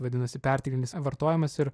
vadinasi perteklinis vartojimas ir